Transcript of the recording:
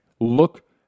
look